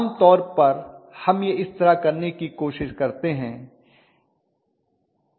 आम तौर पर हम यह इस तरह करने की कोशिश करते हैं